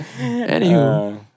Anywho